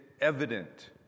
evident